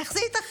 איך זה ייתכן?